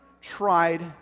tried